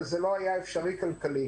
אבל זה לא היה אפשרי כלכלית.